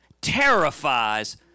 terrifies